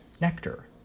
nectar